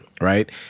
right